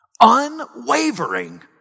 Unwavering